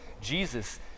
Jesus